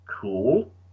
cool